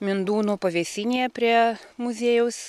mindūnų pavėsinėje prie muziejaus